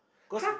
cause